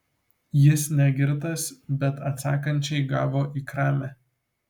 jis ne girtas bet atsakančiai gavo į kramę